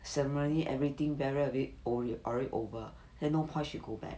ceremony everything burial a bit already over then no point she go back